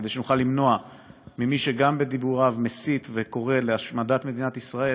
כדי שנוכל למנוע ממי שגם בדיבוריו מסית וקורא להשמדת מדינת ישראל,